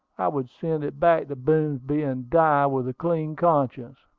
i would send it back to boomsby, and die with a clean conscience.